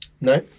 no